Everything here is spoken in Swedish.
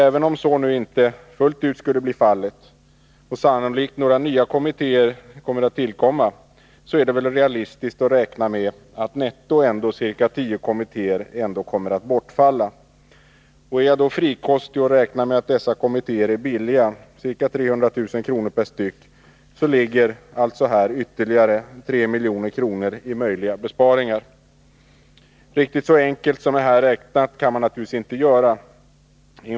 Även om så nu inte fullt ut skulle bli fallet, och några nya kommittéer sannolikt tillkommer, är det väl realistiskt att räkna med att netto 10 kommittéer ändå kommer att bortfalla. Är jag frikostig och räknar med att dessa kommittéer är billiga — ca 300 000 kr. per styck — ligger här alltså ytterligare 3 milj.kr. i möjliga besparingar. Riktigt så enkelt som jag räknat här kan man naturligtvis inte göra det för sig.